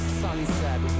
sunset